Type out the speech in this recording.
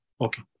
Okay